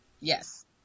Yes